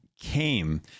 came